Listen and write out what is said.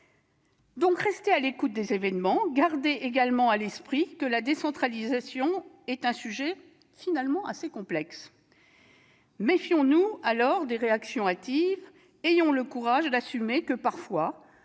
donc rester à l'écoute des événements, mais garder également à l'esprit que la décentralisation est un sujet finalement assez complexe. Méfions-nous dès lors des réactions hâtives, ayons le courage d'assumer que, parfois,